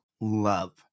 love